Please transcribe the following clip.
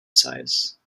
size